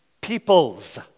peoples